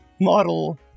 model